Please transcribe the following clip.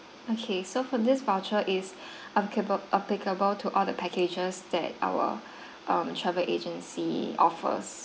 okay so for this voucher is applicable applicable to all the packages that our um travel agency offers